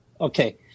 Okay